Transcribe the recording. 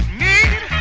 need